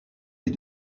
les